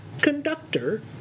conductor